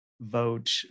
vote